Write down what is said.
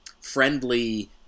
friendly